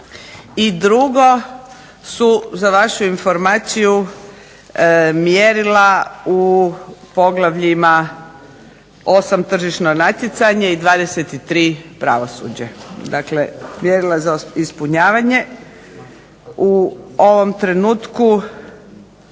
i drugo su za vašu informaciju mjerila u poglavljima 8. Tržišno natjecanje i 23. Pravosuđe, dakle mjerila za ispunjavanje. U ovom trenutku